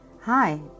Hi